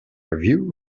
review